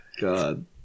God